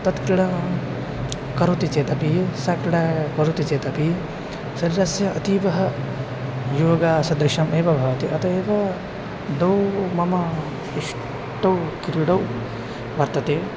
तत् क्रीडा करोति चेतपि सा क्रीडा करोति चेतपि शरीरस्य अतीव योगासदृशमेव भवति अतः एव दौ मम इष्टे क्रीडे वर्तते